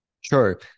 Sure